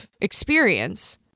experience